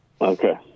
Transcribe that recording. Okay